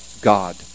God